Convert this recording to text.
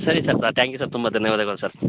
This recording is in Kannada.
ಸರಿ ಸರ್ ಬ ತ್ಯಾಂಕ್ ಯು ಸರ್ ತುಂಬ ಧನ್ಯವಾದಗಳು ಸರ್